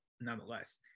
nonetheless